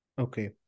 Okay